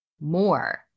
more